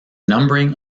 numbering